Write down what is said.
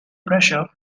pressure